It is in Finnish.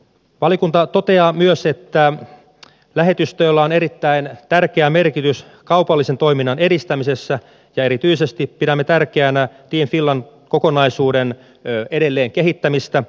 valiokunta toteaa myös että lähetystöillä on erittäin tärkeä merkitys kaupallisen toiminnan edistämisessä ja erityisesti pidämme tärkeänä team finland kokonaisuuden edelleenkehittämistä